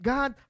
God